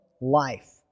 life